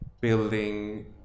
building